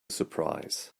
surprise